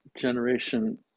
generation